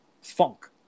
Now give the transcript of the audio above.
Funk